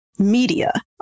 media